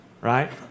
Right